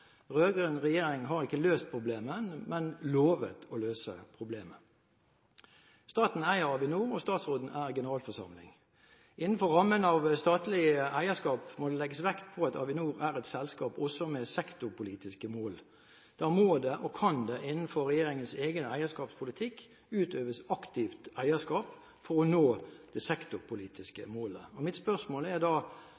statsråden er generalforsamling. Innenfor rammen av statlig eierskap må det legges vekt på at Avinor også er et selskap med sektorpolitiske mål. Da må det og kan det innenfor regjeringens egen eierskapspolitikk utøves aktivt eierskap for å nå det sektorpolitiske